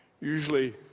Usually